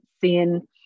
seeing